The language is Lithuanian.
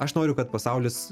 aš noriu kad pasaulis